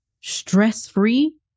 stress-free